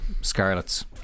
Scarlet's